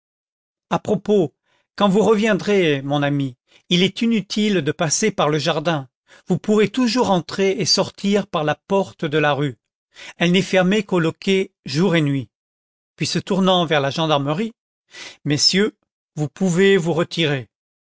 à propos quand vous reviendrez mon ami il est inutile de passer par le jardin vous pourrez toujours entrer et sortir par la porte de la rue elle n'est fermée qu'au loquet jour et nuit puis se tournant vers la gendarmerie messieurs vous pouvez vous retirer